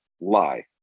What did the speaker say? lie